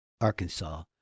Arkansas